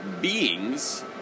beings